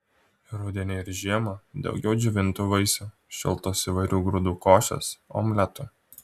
rudenį ir žiemą daugiau džiovintų vaisių šiltos įvairių grūdų košės omletų